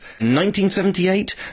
1978